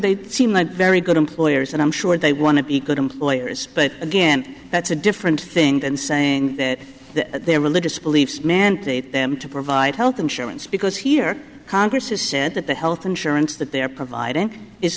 they seem like very good employers and i'm sure they want to be good employers but again that's a different thing than saying that their religious beliefs mandate them to provide health insurance because here congress has said that the health insurance that they're providing is